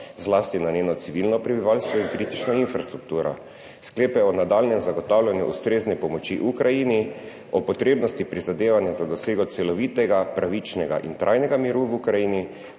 zlasti na njeno civilno prebivalstvo in kritično infrastrukturo, sklepe o nadaljnjem zagotavljanju ustrezne pomoči Ukrajini, o potrebnosti prizadevanja za dosego celovitega, pravičnega in trajnega miru v Ukrajini